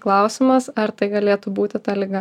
klausimas ar tai galėtų būti ta liga